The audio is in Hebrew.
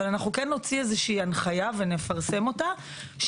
אבל כן נוציא איזושהי הנחיה ונפרסם אותה,